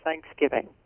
Thanksgiving